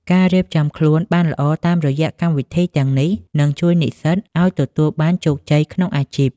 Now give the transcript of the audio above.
ការរៀបចំខ្លួនបានល្អតាមរយៈកម្មវិធីទាំងនេះ នឹងជួយនិស្សិតឱ្យទទួលបានជោគជ័យក្នុងអាជីព។